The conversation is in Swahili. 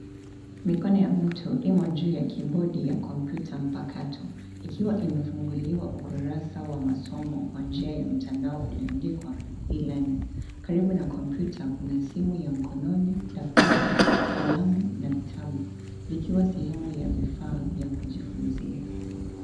Mikono ya mtu imo juu ya kibodi ya kompyuta mpakato ikiwa imefunguliwa ukurasa wa masomo kwa njia ya mtandao ulioandikwa E-Learning . Karibu na kompyuta kuna simu ya mkononi, daftari, kalamu na vitabu likiwa sehemu ya vifaa vya kujifunzia.